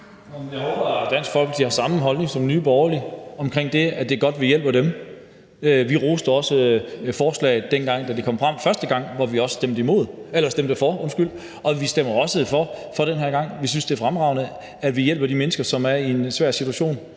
håber, at Dansk Folkeparti har samme holdning som Nye Borgerlige omkring det, altså at det er godt, at vi hjælper dem. Vi roste også forslaget, da det kom frem første gang, hvor vi også stemte for, og vi stemmer også for det den her gang. Vi synes, det er fremragende, at vi hjælper de mennesker, som er i en svær situation,